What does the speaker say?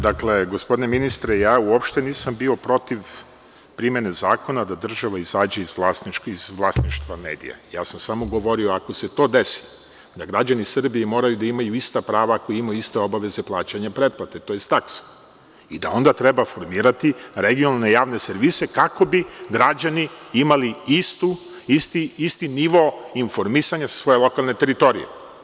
Dakle, gospodine ministre, ja uopšte nisam bio protiv primene zakona da država izađe iz vlasništva medija, ja sam samo govorio da ako se to desi da građani Srbije moraju da imaju ista prava ako imaju iste obaveze plaćanja pretplate to jest takse i da onda treba formirati regionalne javne servise kako bi građani imali isti nivo informisanja sa svoje lokalne teritorije.